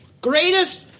Greatest